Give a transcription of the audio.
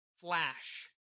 flash